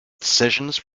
decisions